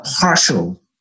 partial